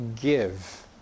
give